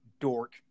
Dork